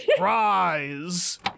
rise